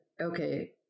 okay